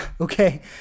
Okay